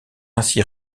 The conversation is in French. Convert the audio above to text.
ainsi